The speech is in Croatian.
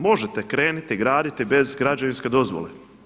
Možete krenuti graditi bez građevinske dozvole?